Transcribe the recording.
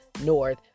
North